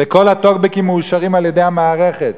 וכל הטוקבקים מאושרים על-ידי המערכת,